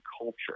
culture